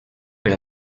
per